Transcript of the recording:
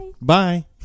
Bye